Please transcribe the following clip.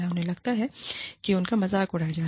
उन्हें लगता है कि उनका मज़ाक उड़ाया गया है